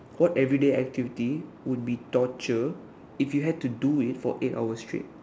what everyday activity would be torture if you had to do it for eight hours straight